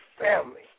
family